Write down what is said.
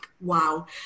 wow